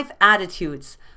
Attitudes